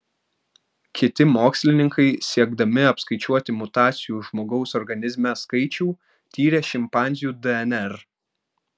kiti mokslininkai siekdami apskaičiuoti mutacijų žmogaus organizme skaičių tyrė šimpanzių dnr